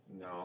No